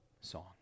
song